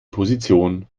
position